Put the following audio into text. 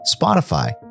Spotify